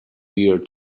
year